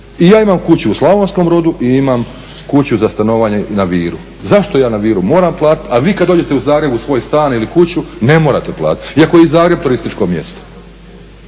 I ja imam kuću u Slavonskom Brodu i imam kuću za stanovanje na Viru. Zašto ja na Viru moram platit, a vi kad dođete u Zagreb u svoj stan ili kuću ne morate platiti, iako je Zagreb turističko mjesto,